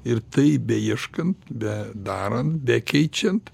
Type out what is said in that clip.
ir tai beieškant bedarant bekeičiant